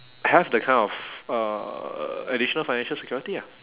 have the kind of uh additional financial security ah